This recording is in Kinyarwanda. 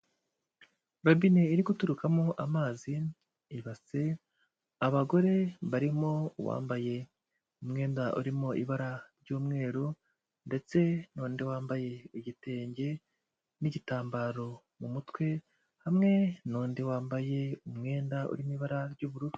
Robine iri guturukamo amazi, ibase abagore barimo uwambaye umwenda urimo ibara ry'umweru ndetse n'undi wambaye igitenge n'igitambaro mu mutwe, hamwe n'undi wambaye umwenda urimo ibara ry'ubururu.